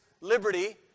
liberty